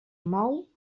mou